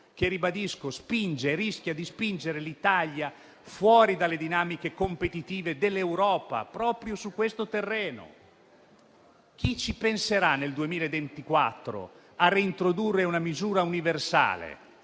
lo ribadisco - rischia di spingere l'Italia fuori dalle dinamiche competitive dell'Europa proprio su questo terreno. Chi ci penserà nel 2024 a reintrodurre una misura universale?